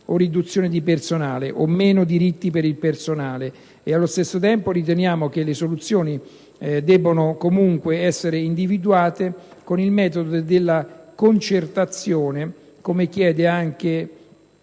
o riduzione di personale, o meno diritti per il personale. Allo stesso tempo riteniamo che le soluzioni debbono comunque essere individuate con il metodo della concertazione, come chiede anche